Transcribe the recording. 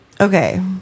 Okay